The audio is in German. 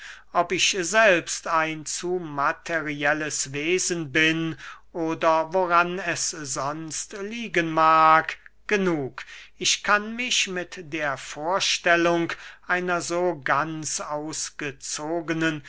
ob ich selbst ein zu materielles wesen bin oder woran es sonst liegen mag genug ich kann mich mit der vorstellung einer so ganz ausgezogenen